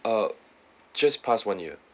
ah just pass one year